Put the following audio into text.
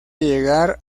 llegar